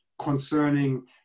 concerning